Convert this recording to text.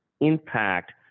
impact